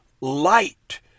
light